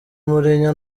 mourinho